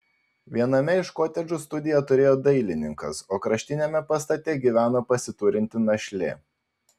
viename iš kotedžų studiją turėjo dailininkas o kraštiniame pastate gyveno pasiturinti našlė